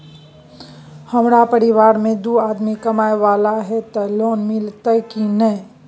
हमरा परिवार में दू आदमी कमाए वाला हे ते लोन मिलते की ने?